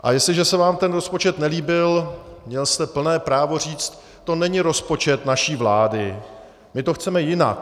A jestliže se vám ten rozpočet nelíbil, měl jste plné právo říct: To není rozpočet naší vlády, my to chceme jinak.